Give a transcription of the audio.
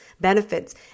benefits